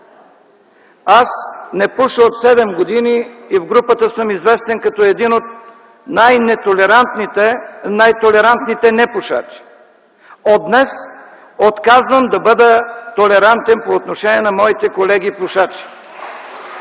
Аз не пуша от седем години и в групата съм известен като един от най-толерантните непушачи. От днес отказвам да бъда толерантен по отношение на моите колеги-пушачи.